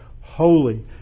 holy